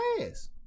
ass